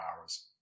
hours